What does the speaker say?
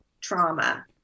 trauma